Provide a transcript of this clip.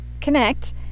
connect